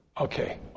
Okay